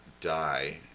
die